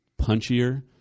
punchier